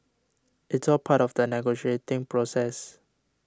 it's all part of the negotiating process